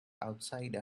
outside